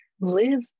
live